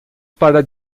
para